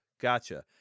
Gotcha